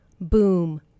Boom